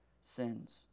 sins